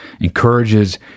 encourages